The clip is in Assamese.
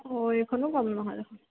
অ' এইখনো কম নহয় দেখোন